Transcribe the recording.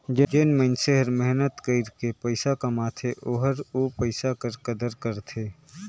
जेन मइनसे हर मेहनत कइर के पइसा कमाथे ओहर ओ पइसा कर कदर करथे